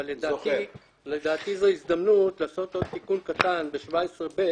אבל לדעתי זו הזדמנות לעשות עוד תיקון קטן בסעיף 17ב,